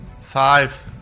Five